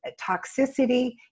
toxicity